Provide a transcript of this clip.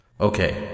Okay